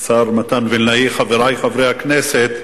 השר מתן וילנאי, חברי חברי הכנסת,